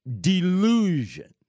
delusion